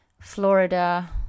Florida